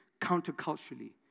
counterculturally